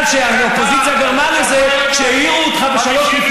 אתה פוגע בהם בגלל שהאופוזיציה גרמה לזה שהעירו אותך ב-03:00,